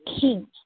King